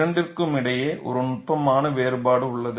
இரண்டிற்கும் இடையே ஒரு நுட்பமான வேறுபாடு உள்ளது